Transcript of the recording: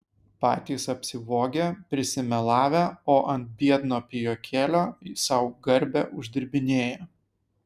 patys apsivogę prisimelavę o ant biedno pijokėlio sau garbę uždirbinėja